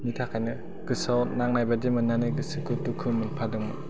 थाखायनो गोसोआव नांनाय बादि मोननानै गोसोखौ दुखु मोनफादोंमोन